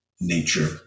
nature